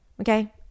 Okay